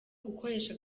gukoresha